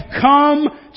come